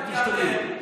בסדר,